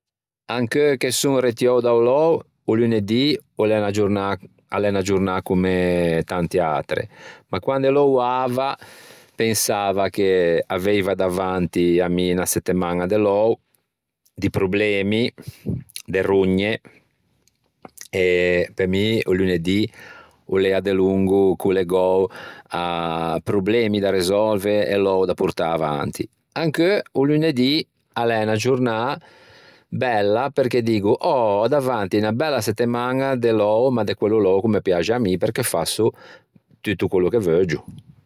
Anche che son retiou da-o lou o lunedì o l'é a l'é unna giornâ comme tante atre ma quande louava pensava che aveiva davanti a mi 'na settemaña de lou, di problemi, de rogne e pe mi o lunedì o l'ea delongo collegou à problemi da resolve e lou da portâ avanti. Anche o lunedì a l'é unna giornâ bella perché me diggo “oh ò davanti unna bella settemaña de lou ma de quello lou ch'o me piaxe a mi perché fasso tutto quello che veuggio”